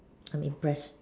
I'm impressed